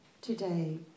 today